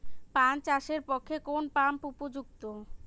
পান চাষের পক্ষে কোন পাম্প উপযুক্ত?